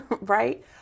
right